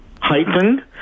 heightened